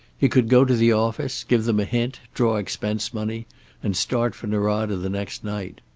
he could go to the office, give them a hint, draw expense money and start for norada the next night.